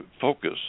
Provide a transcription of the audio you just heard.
focus